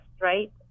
right